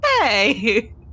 hey